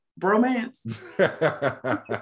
bromance